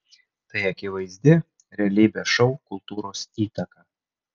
tai akivaizdi realybės šou kultūros įtaka